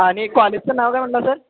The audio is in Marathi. आणि कॉलेजचं नाव काय म्हणला सर